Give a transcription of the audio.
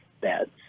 beds